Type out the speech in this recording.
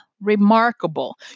remarkable